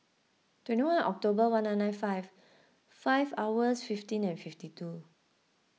twenty one October one nine nine five five hours fifteen fifty two